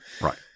Right